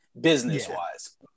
business-wise